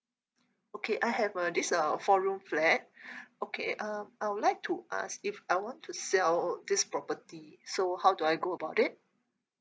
okay I have uh this uh four room flat okay um I would like to ask if I want to sell this property so how do I go about it